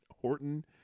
Horton